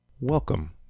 welcome